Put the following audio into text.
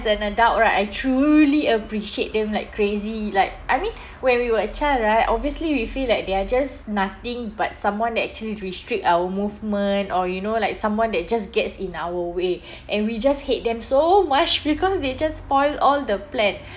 as an adult right I truly appreciate them like crazy like I mean when we were a child right obviously we feel like they are just nothing but someone that actually restrict our movement or you know like someone that just gets in our way and we just hate them so much because they just spoil all the plan